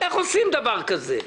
איך עושים דבר כזה?